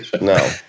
no